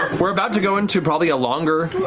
we're about to go into probably a longer